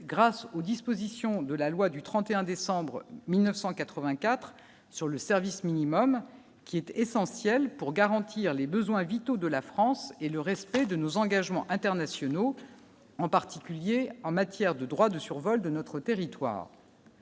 grâce aux dispositions de la loi du 31 décembre 1984 sur le service minimum qui était essentiel pour garantir les besoins vitaux de la France et le respect de nos engagements internationaux, en particulier en matière de droits de survol de notre territoire.